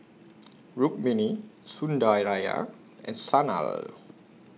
Rukmini Sundaraiah and Sanal